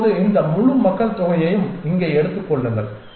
இப்போது இந்த முழு மக்கள்தொகையையும் இங்கே எடுத்துக் கொள்ளுங்கள்